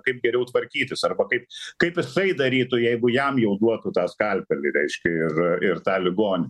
kaip geriau tvarkytis arba kaip kaip jisai darytų jeigu jam jau duotų tą skalpelį reiškia ir ir tą ligonį